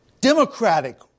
democratic